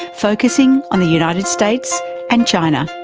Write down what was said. focusing on the united states and china.